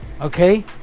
okay